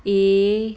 A